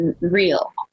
real